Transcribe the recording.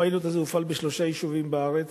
הפיילוט הזה הופעל בשלושה יישובים בארץ,